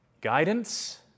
Guidance